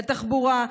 לתחבורה,